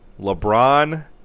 LeBron